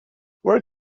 where